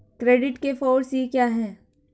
Credit के four C क्या हैं?